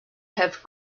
have